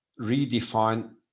redefine